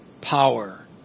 power